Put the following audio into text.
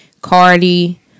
Cardi